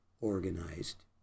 organized